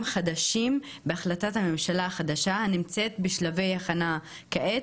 חדשים בהחלטת הממשלה החדשה הנמצאת בשלבי הכנה כעת,